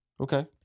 Okay